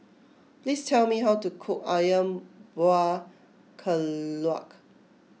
please tell me how to cook Ayam Buah Keluak